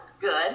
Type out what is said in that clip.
good